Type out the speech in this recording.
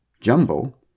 Jumbo